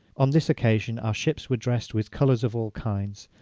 on this occasion our ships were dressed with colours of all kinds,